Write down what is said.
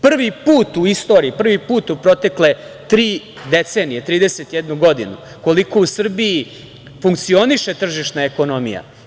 Prvi put u istoriji, prvi put u protekle tri decenije, 31 godinu, koliko u Srbiji funkcioniše tržišna ekonomija.